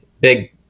big